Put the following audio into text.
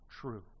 true